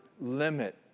limit